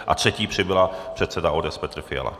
A třetí přibyla předseda ODS Petr Fiala.